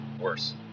worse